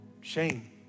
shame